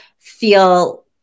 feel